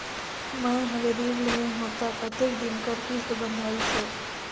मैं हवे ऋण लेहे हों त कतेक दिन कर किस्त बंधाइस हे?